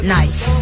nice